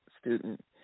student